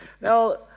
Now